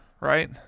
right